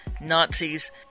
Nazis